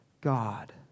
God